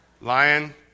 lion